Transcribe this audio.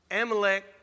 Amalek